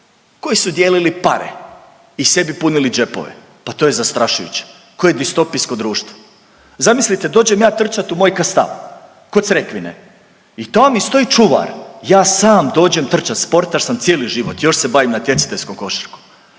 koji su dijelili pare i sebi punili džepove. Pa to je zastrašujuće koje distopijsko društvo. Zamislite dođem ja trčat u moj Kastav, ko Crekvine i tamo mi stoji čuvar, ja sam dođem trčat sportaš sam cijeli život još se bavim natjecateljskom košarkom